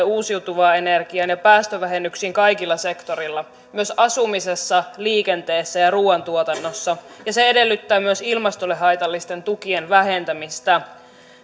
uusiutuvaan energiaan ja päästövähennyksiin kaikilla sektoreilla myös asumisessa liikenteessä ja ruuantuotannossa ja se edellyttää myös ilmastolle haitallisten tukien vähentämistä